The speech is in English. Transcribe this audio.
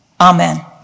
Amen